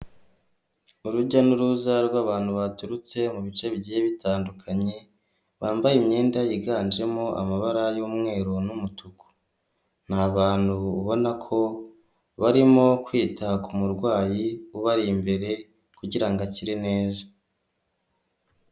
Urujya n'uruza rw'abantu baturutse mu bice bigiye bitandukanye bambaye imyenda yiganjemo amabara y'umweru n'umutuku. Ni abantu ubona ko barimo kwita ku murwayi ubari imbere kugira ngo akire neza.